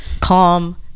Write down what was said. calm